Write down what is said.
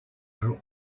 are